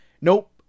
nope